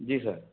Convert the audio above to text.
जी sir